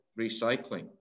recycling